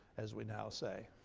as we now say.